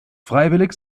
freiwillig